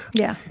yeah.